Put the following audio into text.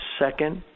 second